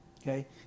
Okay